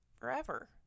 forever